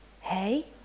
Hey